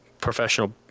Professional